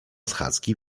schadzki